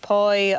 Poi